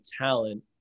talent